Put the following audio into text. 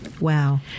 Wow